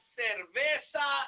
cerveza